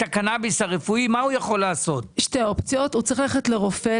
שתי אופציות ללכת לרופא.